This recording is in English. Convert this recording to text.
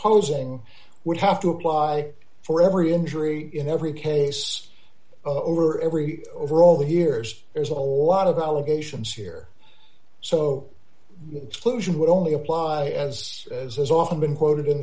posing would have to apply for every injury in every case over every over all the hears there's a lot of allegations here so the exclusion would only apply as as has often been quoted in